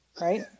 right